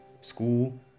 school